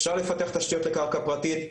אפשר לפתח תשתיות לקרקע פרטית,